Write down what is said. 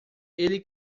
ele